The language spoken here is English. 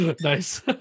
nice